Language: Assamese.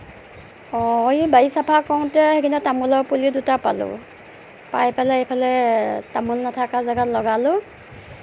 অঁ এই বাৰী চাফা কৰোতে এইপিনে তামোলৰ পুলি দুটা পালোঁ পাই পেলাই এইফালে তামোল নথকা জাগাত লগালোঁ